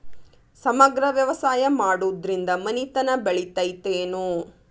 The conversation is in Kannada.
ಸಮಗ್ರ ವ್ಯವಸಾಯ ಮಾಡುದ್ರಿಂದ ಮನಿತನ ಬೇಳಿತೈತೇನು?